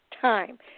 time